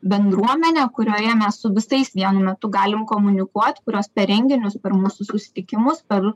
bendruomenę kurioje mes su visais vienu metu galim komunikuot kurios per renginius per mūsų susitikimus per